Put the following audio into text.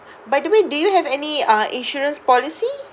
by the way do you have any uh insurance policy